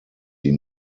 sie